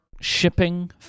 shipping